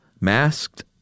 Masked